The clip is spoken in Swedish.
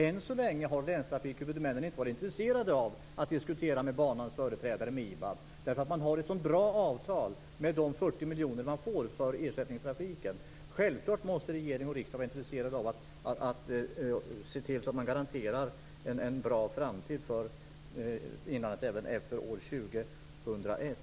Än så länge har länstrafikhuvudmännen inte varit intresserade av att diskutera med banans företrädare - med IBAB - därför att man har ett så bra avtal. Man får 40 miljoner för ersättningstrafiken. Självfallet måste regering och riksdag vara intresserade av att garantera en bra framtid för inlandet även efter år 2001.